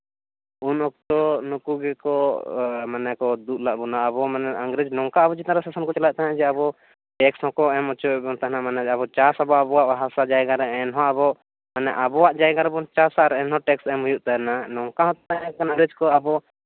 ᱩᱱ ᱚᱠᱛᱚ ᱱᱩᱠᱩ ᱜᱮᱠᱚ ᱢᱟᱱᱮ ᱠᱚ ᱫᱩᱜ ᱞᱟᱜ ᱟᱵᱚ ᱢᱟᱱᱮ ᱤᱝᱨᱟᱹᱡᱽ ᱱᱚᱝᱠᱟ ᱟᱵᱚ ᱪᱮᱛᱟᱱ ᱨᱮ ᱥᱟᱥᱚᱱ ᱠᱚ ᱪᱟᱞᱟᱣᱮᱫ ᱛᱟᱦᱮᱸᱫ ᱡᱮ ᱟᱵᱚ ᱴᱮᱠᱥ ᱦᱚᱸᱠᱚ ᱮᱢ ᱦᱚᱪᱚᱭᱮᱫ ᱵᱚᱱ ᱛᱟᱦᱮᱱᱟ ᱢᱟᱱᱮ ᱟᱵᱚ ᱪᱟᱥᱟᱵᱚ ᱟᱵᱚᱣᱟᱜ ᱦᱟᱥᱟ ᱡᱟᱭᱜᱟ ᱨᱮ ᱮᱱᱦᱚᱸ ᱢᱟᱱᱮ ᱟᱵᱚᱣᱟᱜ ᱡᱟᱭᱜᱟ ᱨᱮᱵᱚᱱ ᱪᱟᱥᱟ ᱮᱱᱦᱚᱸ ᱴᱮᱠᱥ ᱮᱢ ᱦᱩᱭᱩᱜ ᱛᱟᱦᱮᱱᱟ ᱱᱚᱝᱠᱟ ᱦᱚᱸ ᱛᱟᱦᱮᱸ ᱠᱟᱱᱟ ᱤᱝᱨᱮᱹᱡᱽ ᱠᱚ ᱟᱵᱚ